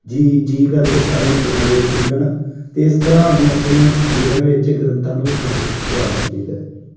ਜੀ ਜੀ ਕਰਕੇ ਸਾਰਿਆਂ ਨੂੰ ਬੁਲਾਵੇ ਠੀਕ ਆ ਨਾ ਅਤੇ ਇਸ ਤਰ੍ਹਾਂ ਸਾਨੂੰ ਆਪਣੇ ਜੀਵਨ ਵਿੱਚ ਗ੍ਰੰਥਾਂ ਨੂੰ ਉਧਾਰਕ ਉਧਾਰਨਾ ਚਾਹੀਦਾ ਹੈ